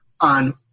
on